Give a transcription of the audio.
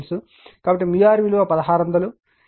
కాబట్టి r విలువ 1600